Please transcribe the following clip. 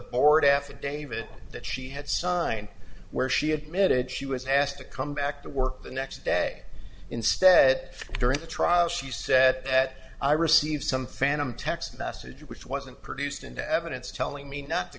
board affidavit that she had signed where she admitted she was asked to come back to work the next day instead during the trial she said that i received some phantom text message which wasn't produced into evidence telling me not to